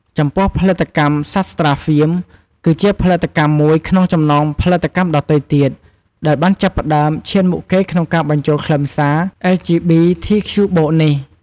ចំពោះផលិតកម្ម សាស្ត្រាហ្វៀម គឺជាផលិតកម្មមួយក្នុងចំណោមផលិតកម្មដទៃទៀតដែលបានចាប់ផ្តើមឈានមុខគេក្នុងការបញ្ចូលខ្លឹមសារ អិល ជី ប៊ី ធី ខ្ជូ បូក (LGBTQ+) នេះ។